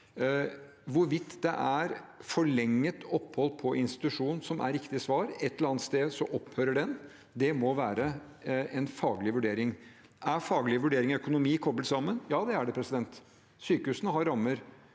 Hvorvidt det er forlenget opphold på institusjon som er riktig svar – et eller annet sted så opphører det – må være en faglig vurdering. Er faglige vurderinger og økonomi koblet sammen? Ja, det er det. Sykehusene har rammer.